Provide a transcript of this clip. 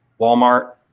Walmart